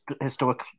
historic